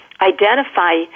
identify